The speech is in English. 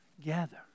gather